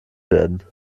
werden